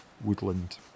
woodland